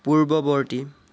পূৰ্ৱবৰ্তী